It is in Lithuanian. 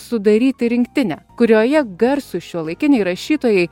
sudaryti rinktinę kurioje garsūs šiuolaikiniai rašytojai